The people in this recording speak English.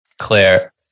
Claire